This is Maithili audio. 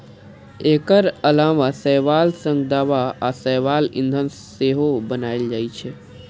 एकर अलावा शैवाल सं दवा आ शैवाल ईंधन सेहो बनाएल जाइ छै